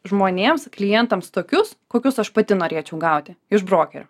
žmonėms klientams tokius kokius aš pati norėčiau gauti iš brokerio